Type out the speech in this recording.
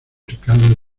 mercado